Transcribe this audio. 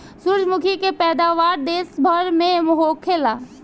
सूरजमुखी के पैदावार देश भर में होखेला